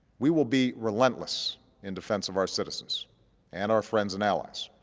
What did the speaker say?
we will be relentless in defense of our citizens and our friends and allies.